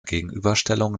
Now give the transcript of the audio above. gegenüberstellung